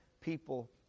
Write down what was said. people